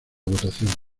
votación